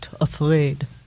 afraid